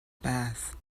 bath